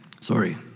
sorry